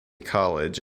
college